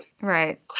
Right